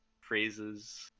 phrases